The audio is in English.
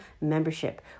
membership